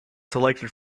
selected